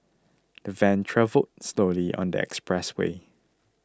the van travelled slowly on the expressway